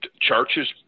churches